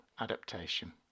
adaptation